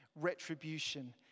retribution